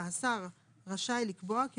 אחרי סעיף קטן (ג) יבוא: "(ד) השר רשאי לקבוע כי